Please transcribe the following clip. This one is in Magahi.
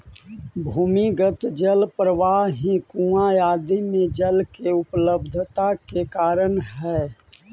भूमिगत जल प्रवाह ही कुआँ आदि में जल के उपलब्धता के कारण हई